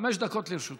חמש דקות לרשותך.